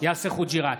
יאסר חוג'יראת,